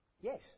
Yes